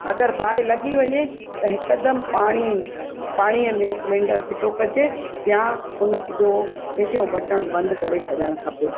अगरि बाहि लॻी वञे त हिकदमि पाणी पाणीअ में सिलेंडर फिटी कजे या उन जो हेठियो बटण बंदि करे छॾण खपे